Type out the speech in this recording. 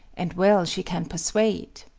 and well she can persuade.